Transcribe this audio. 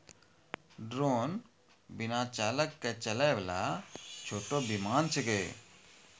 drone बिना चालक के चलै वाला छोटो विमान छेकै